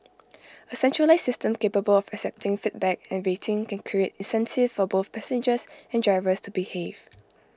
A centralised system capable of accepting feedback and rating can create incentives for both passengers and drivers to behave